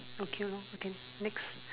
okay lor okay next